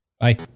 bye